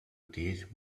teach